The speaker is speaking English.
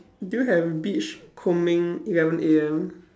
do you have beach combing eleven A_M